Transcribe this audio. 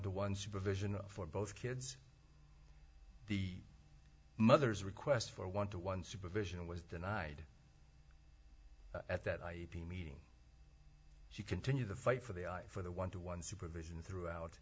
to one supervision for both kids the mother's request for want to one supervision was denied at that i mean she continue the fight for the for the one to one supervision throughout